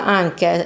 anche